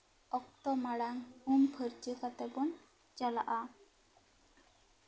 ᱚᱠᱛᱚ ᱢᱟᱲᱟᱝ ᱩᱢ ᱯᱷᱟᱹᱨᱪᱟᱹ ᱠᱟᱛᱮᱜ ᱵᱚᱱ ᱪᱟᱞᱟᱜᱼᱟ